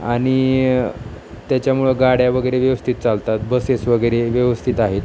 आणि त्याच्यामुळं गाड्या वगैरे व्यवस्थित चालतात बसेस वगैरे व्यवस्थित आहेत